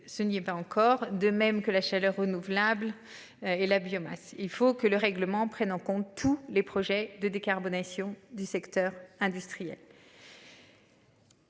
ce n'y est pas encore de même que la chaleur renouvelable. Et la biomasse. Il faut que le règlement prenne en compte tous les projets de décarbonation du secteur industriel.